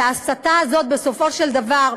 וההסתה הזאת בסופו של דבר,